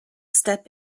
step